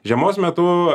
žiemos metu